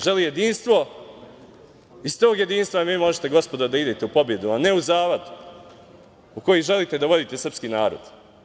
Želi jedinstvo i iz tog jedinstva vi možete, gospodo, da idete u pobedu, a ne u zavad, u koji želite da vodite srpski narod.